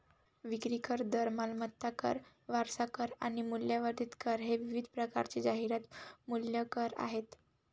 विक्री कर, दर, मालमत्ता कर, वारसा कर आणि मूल्यवर्धित कर हे विविध प्रकारचे जाहिरात मूल्य कर आहेत